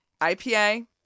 IPA